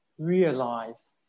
realize